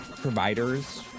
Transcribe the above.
providers